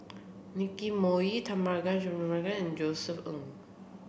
Nicky Moey Tharman Josef Ng